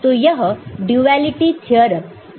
तो यह duality theorem यही बताता है